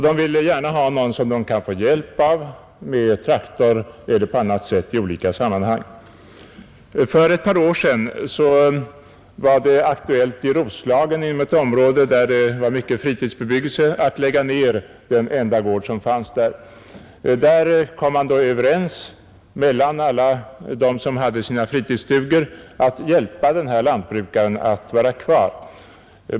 De vill gärna ha någon som de kan få hjälp av med traktor eller på annat sätt i olika sammanhang. För ett par år sedan var det aktuellt inom ett område i Roslagen med mycken fritidsbebyggelse att lägga ned den enda gård som fanns där. Alla de som hade fritidsstugor kom då överens om att hjälpa denne lantbrukare att stanna kvar.